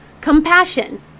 compassion